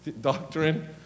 doctrine